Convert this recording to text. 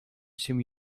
się